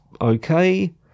okay